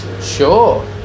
Sure